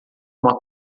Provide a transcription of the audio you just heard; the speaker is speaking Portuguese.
uma